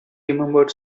remembered